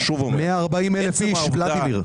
140,000 איש, ולדימיר.